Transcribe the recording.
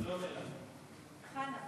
שלום, אלה, חנה.